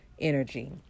energy